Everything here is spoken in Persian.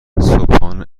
صبحانه